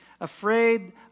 Afraid